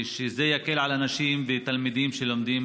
שזה יקל על אנשים ותלמידים שלומדים